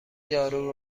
دارو